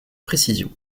précision